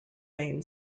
main